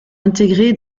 intégré